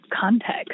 context